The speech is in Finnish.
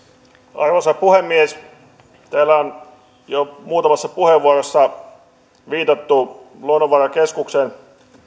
arvoisa puhemies täällä on jo muutamassa puheenvuorossa viitattu luonnonvarakeskuksesta